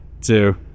two